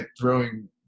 throwing